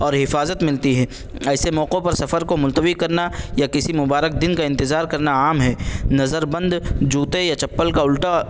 اور حفاظت ملتی ہے ایسے موقعوں پر سفر کو ملتوی کرنا یا کسی مبارک دن کا انتظار کرنا عام ہے نظربند جوتے یا چپل کا الٹا